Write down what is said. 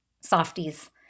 softies